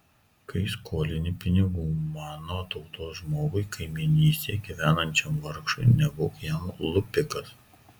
kai skolini pinigų mano tautos žmogui kaimynystėje gyvenančiam vargšui nebūk jam lupikas